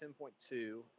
10.2